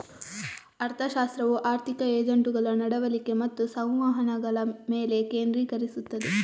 ಅರ್ಥಶಾಸ್ತ್ರವು ಆರ್ಥಿಕ ಏಜೆಂಟುಗಳ ನಡವಳಿಕೆ ಮತ್ತು ಸಂವಹನಗಳ ಮೇಲೆ ಕೇಂದ್ರೀಕರಿಸುತ್ತದೆ